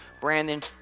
brandon